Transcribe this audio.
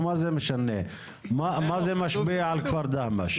מה זה משפיע על כפר דהמש?